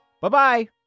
Bye-bye